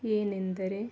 ಏನೆಂದರೆ